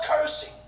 cursing